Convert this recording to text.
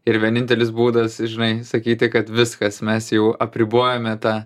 ir vienintelis būdas žinai sakyti kad viskas mes jau apribojome tą